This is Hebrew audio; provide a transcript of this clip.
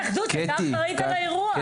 אבל ההתאחדות היתה אחראית על האירוע.